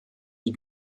die